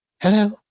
hello